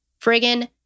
Friggin